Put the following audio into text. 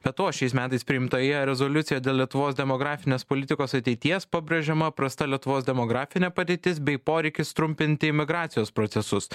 be to šiais metais priimtoje rezoliucijoje dėl lietuvos demografinės politikos ateities pabrėžiama prasta lietuvos demografinė padėtis bei poreikis trumpinti imigracijos procesus